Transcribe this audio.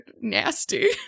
nasty